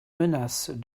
menace